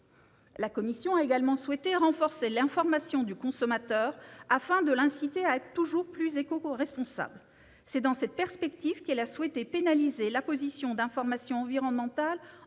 la commission a souhaité renforcer l'information du consommateur, afin de l'inciter à être toujours plus éco-responsable. C'est dans cette perspective qu'elle a souhaité pénaliser l'apposition d'informations environnementales